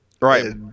Right